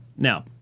Now